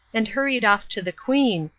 and hurried off to the queen,